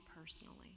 personally